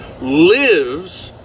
lives